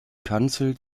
kanzel